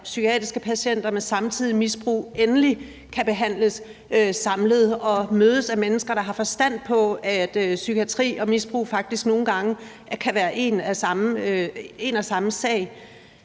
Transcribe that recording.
psykiatriske patienter med samtidigt misbrug endelig kan behandles samlet og mødes af mennesker, der har forstand på, at psykiatri og misbrug faktisk nogle gange kan være en og samme sag.